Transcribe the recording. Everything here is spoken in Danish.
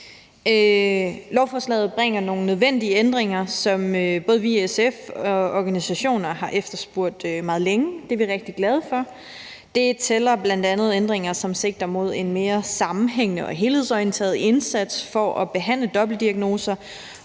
Lovforslaget bringer nogle nødvendige ændringer ind, som både vi i SF og organisationer har efterspurgt meget længe. Det er vi rigtig glade for. Det tæller bl.a. ændringer, som sigter mod en mere sammenhængende og helhedsorienteret indsats for at behandle dobbeltdiagnoser